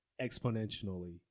exponentially